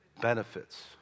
benefits